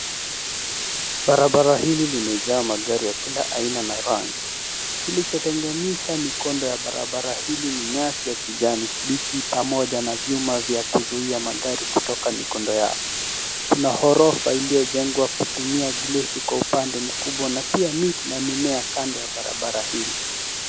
Barabara hili limejaa magari ya kila aina na rangi. Kilicho tengenisha mikondo ya barabara hili ni nyasi ya kijani kibichi pamoja na viuma vya kuzuia magari kutoka mikondo yao. Kuna horofa iliojengwa kutumia glesi kwa upande mkubwa na pia miti na mimea kando ya barabara hili.